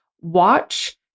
Watch